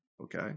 Okay